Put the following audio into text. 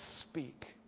speak